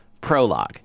Prologue